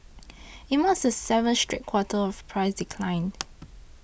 it marked the seventh straight quarter of price decline